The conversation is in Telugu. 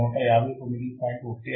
15 హెర్ట్జ్